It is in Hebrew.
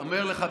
אני אומר לך,